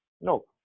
No